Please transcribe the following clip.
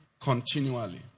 continually